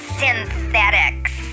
synthetics